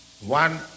One